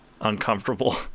uncomfortable